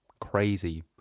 crazy